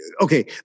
okay